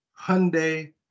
Hyundai